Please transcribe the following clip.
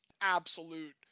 Absolute